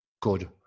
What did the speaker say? good